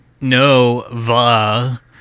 Nova